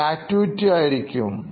ഒരു ആക്ടിവിറ്റി ആയിരിക്കും